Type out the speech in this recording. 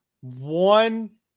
one